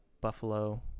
buffalo